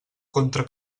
contra